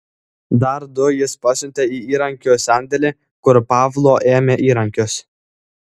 dar du jis pasiuntė į įrankių sandėlį kur pavlo ėmė įrankius